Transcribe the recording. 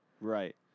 Right